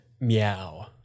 meow